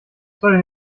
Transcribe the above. soll